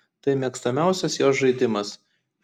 tai mėgstamiausias jos žaidimas